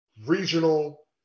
regional